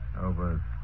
over